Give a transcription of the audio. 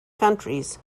countries